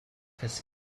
his